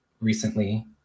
recently